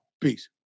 Peace